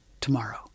tomorrow